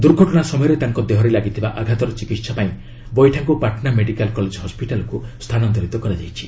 ଦୁର୍ଘଟଣା ସମୟରେ ତାଙ୍କ ଦେହରେ ଲାଗିଥିବା ଆଘାତର ଚିକିହା ପାଇଁ ବଇଠାଙ୍କୁ ପାଟନା ମେଡ଼ିକାଲ କଲେଜ ହସ୍କିଟାଲ୍କୁ ସ୍ଥାନାନ୍ତରିତ କରାଯାଇଛି